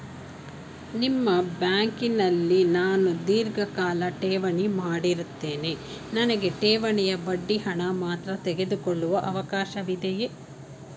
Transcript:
ನಿಮ್ಮ ಬ್ಯಾಂಕಿನಲ್ಲಿ ನಾನು ಧೀರ್ಘಕಾಲ ಠೇವಣಿ ಮಾಡಿರುತ್ತೇನೆ ನನಗೆ ಠೇವಣಿಯ ಬಡ್ಡಿ ಹಣ ಮಾತ್ರ ತೆಗೆದುಕೊಳ್ಳುವ ಅವಕಾಶವಿದೆಯೇ?